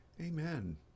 amen